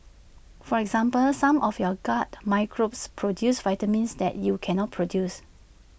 for example some of your gut microbes produce vitamins that you cannot produce